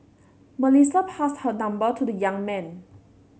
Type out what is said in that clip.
Melissa passed her number to the young man